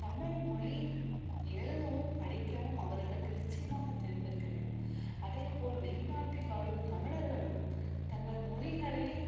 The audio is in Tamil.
தமிழ்மொழி எழுதவும் படிக்கவும் அவர்களுக்கு நிச்சயமாக தெரிந்திருக்க வேண்டும் அதே போல் வெளிநாட்டில் வாழும் தமிழர்களும் தங்கள் மொழிகளில்